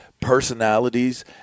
personalities